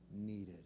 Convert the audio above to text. needed